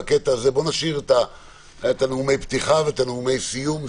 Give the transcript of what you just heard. נשאיר את נאומי הפתיחה ואת נאומי הסיום,